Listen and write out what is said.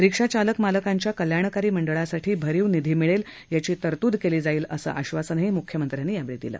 रिक्षा चालक मालकांच्या कल्याणकारी मंडळासाठी भरीव निधी मिळेल याची तरतूद केली जाईल असं आश्वासन मुख्यमंत्र्यांनी यावेळी दिलं